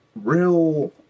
real